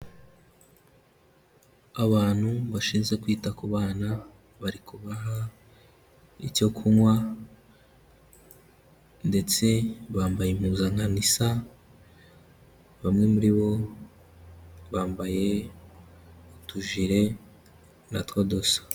Abantu bashinzwe kwita ku bana bari kubaha icyo kunywa ndetse bambaye impuzankano isa bamwe muri bo bambaye utujire na two dusa.